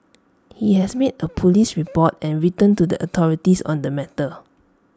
he has made A Police report and written to the authorities on the matter